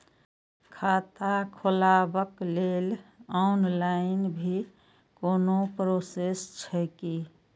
खाता खोलाबक लेल ऑनलाईन भी कोनो प्रोसेस छै की?